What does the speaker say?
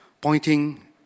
pointing